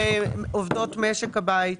עובדות משק הבית,